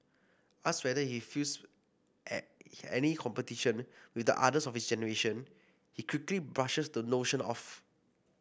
asked whether he feels any competition with the others of his generation he quickly brushes the notion off